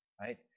Right